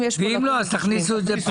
ואם לא אז תכניסו את זה פה.